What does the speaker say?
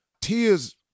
Tears